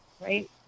Right